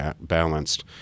balanced